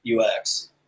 UX